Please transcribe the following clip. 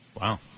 Wow